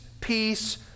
peace